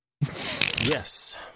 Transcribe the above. yes